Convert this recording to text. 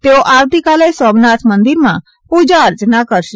તેઓ આવતીકાલે સોમનાથ મંદિરમાં પૂજા અર્યના કરશે